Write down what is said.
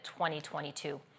2022